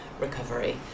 recovery